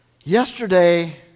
Yesterday